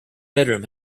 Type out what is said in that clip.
bedroom